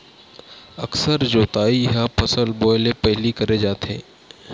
अकरस जोतई ह फसल बोए ले पहिली करे जाथे